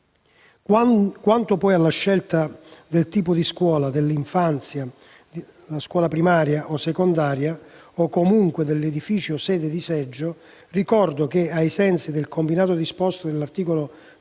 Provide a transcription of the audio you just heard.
Quanto poi alla scelta del tipo di scuola (dell'infanzia, primaria o secondaria) o comunque dell'edificio sede di seggio, ricordo che (ai sensi del combinato disposto dell'articolo